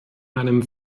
einem